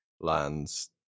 lands